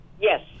Yes